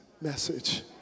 message